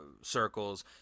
circles